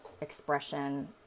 expression